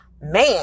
man